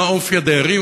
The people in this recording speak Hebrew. מה אופי הדיירים?